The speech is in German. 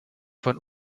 von